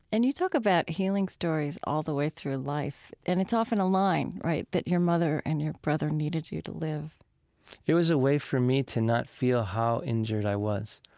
and you talk about healing stories all the way through life. and it's often a line, right, that your mother and your brother needed you to live it was a way for me to not feel how injured i was.